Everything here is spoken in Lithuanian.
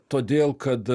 todėl kad